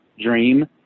dream